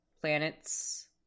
planets